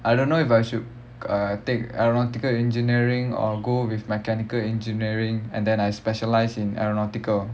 I don't know if I should uh take aeronautical engineering or go with mechanical engineering and then I specialise in aeronautical